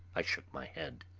i shook my head.